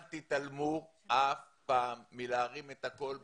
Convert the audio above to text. תתעלמו אף פעם מלהרים את הקול בנושאים,